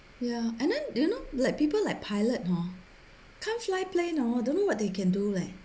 ya and then you know like people like pilot hor can't fly plane hor don't know what they can do leh